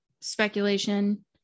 speculation